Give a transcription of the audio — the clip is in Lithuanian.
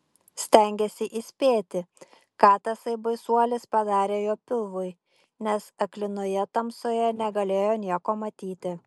stengėsi įspėti ką tasai baisuolis padarė jo pilvui nes aklinoje tamsoje negalėjo nieko matyti